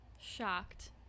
Shocked